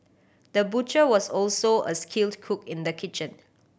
the butcher was also a skilled cook in the kitchen